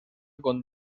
con